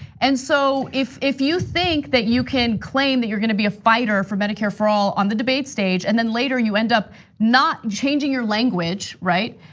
and so if if you think that you can claim that you're gonna be a fighter for medicare for all on the debate stage, and then later, you end up changing your language, right,